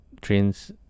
trains